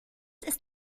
ist